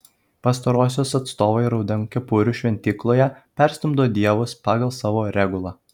pastarosios atstovai raudonkepurių šventykloje perstumdo dievus pagal savo regulą